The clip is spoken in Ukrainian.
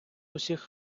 усіх